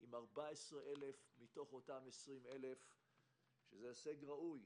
עם 14,000 מתוך אותם 20,000. זה הישג ראוי.